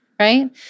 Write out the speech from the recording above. Right